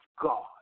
God